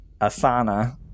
Asana